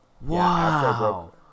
Wow